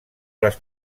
les